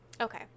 Okay